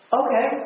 okay